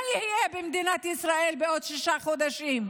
מה יהיה במדינת ישראל בעוד שישה חודשים?